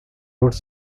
wrote